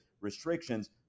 restrictions